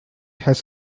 has